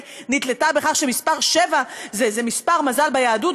נתלתה בכך שמספר 7 זה מספר מזל ביהדות,